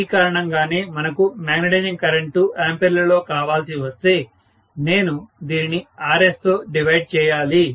ఈ కారణంగానే మనకు మాగ్నెటైజింగ్ కరెంటు ఆంపియర్లలో కావాల్సి వస్తే నేను దీనిని Rs తో డివైడ్ చేయాలి